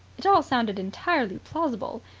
it all sounded entirely plausible.